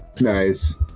nice